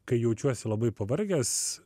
kai jaučiuosi labai pavargęs